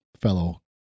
fellow